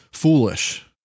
Foolish